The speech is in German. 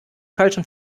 falschen